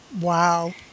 Wow